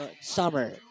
Summer